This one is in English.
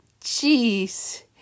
jeez